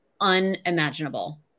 unimaginable